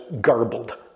garbled